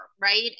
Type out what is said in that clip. right